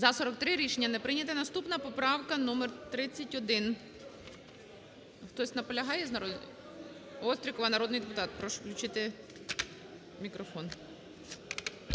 За – 43. Рішення не прийняте. Наступна поправка номер 31.